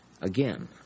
again